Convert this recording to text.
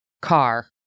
car